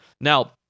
Now